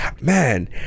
man